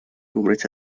выбрать